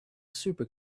super